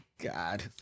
God